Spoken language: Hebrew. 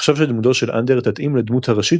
וחשב שדמותו של אנדר תתאים לדמות הראשית